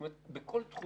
זאת אומרת, בכל תחום.